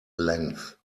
length